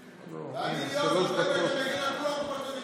אם אתם חושבים שזה לא נכון, תתבעו על הוצאת דיבה.